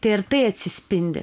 tai ar tai atsispindi